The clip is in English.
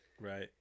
Right